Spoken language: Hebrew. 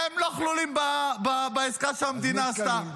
הם לא כלולים בעסקה שהמדינה עשתה.